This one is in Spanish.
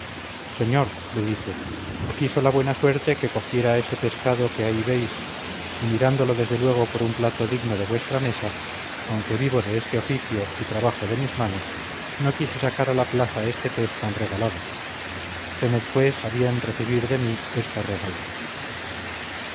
señor le dice quiso la buena suerte que cogiera ese pescado que ahí veis y mirándolo desde luego por un plato digno de vuestra mesa aunque vivo de este oficio y trabajo de mis manos no quise sacar a la plaza este pez tan regalado tened pues a bien recibir de mí este regalo